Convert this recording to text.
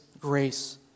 grace